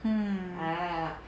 mm